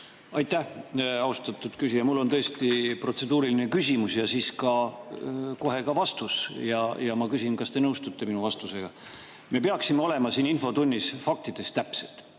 Aitäh, austatud [esimees]! Mul on tõesti protseduuriline küsimus ja mul on kohe ka vastus ja siis ma küsin, kas te nõustute minu vastusega.Me peaksime olema siin infotunnis faktides täpsed,